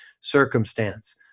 circumstance